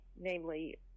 namely